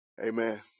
Amen